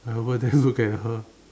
I over there look at her